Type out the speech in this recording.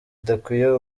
idakwiye